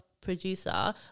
producer